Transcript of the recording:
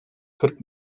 kırk